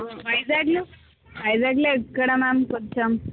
వైజాగ్లో వైజాగ్లో ఎక్కడ మ్యామ్ కొంచెం